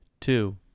two